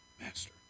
master